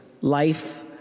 life